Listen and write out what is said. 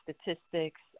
statistics